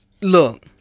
Look